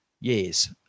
years